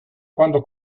quando